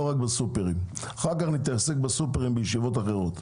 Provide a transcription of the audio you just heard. בסופרים נתעסק בישיבות אחרות.